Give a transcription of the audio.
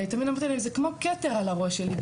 ותמיד אמרתי להם שזה כמו כתר על הראש שלי,